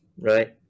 right